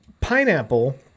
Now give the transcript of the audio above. pineapple